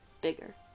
Bigger